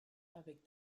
avec